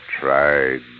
tried